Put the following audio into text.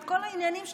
את כל העניינים שלכם,